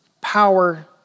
power